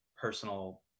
personal